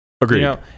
Agreed